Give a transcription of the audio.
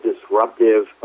disruptive